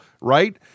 Right